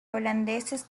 holandeses